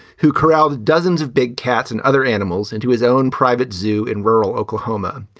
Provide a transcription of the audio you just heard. who corralled dozens of big cats and other animals into his own private zoo in rural oklahoma.